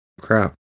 crap